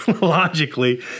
logically